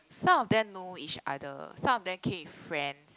some of them is know other some of them came with friends